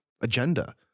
agenda